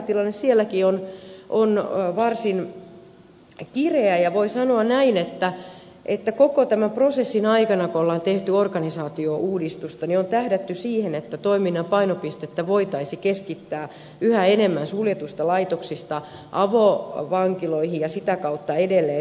meidän määrärahatilanteemme sielläkin on varsin kireä ja voi sanoa näin että koko tämän prosessin aikana kun on tehty organisaatiouudistusta on tähdätty siihen että toiminnan painopistettä voitaisiin keskittää yhä enemmän suljetuista laitoksista avovankiloihin ja sitä kautta edelleen yhdyskuntaseuraamuksiin